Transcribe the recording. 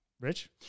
Rich